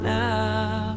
now